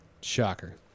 Shocker